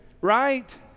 right